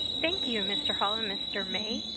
thank your mr. holl and mr. may.